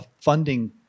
funding